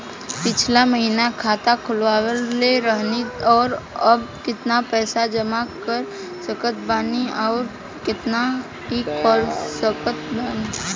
पिछला महीना खाता खोलवैले रहनी ह और अब केतना पैसा जमा कर सकत बानी आउर केतना इ कॉलसकत बानी?